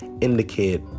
indicate